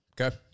Okay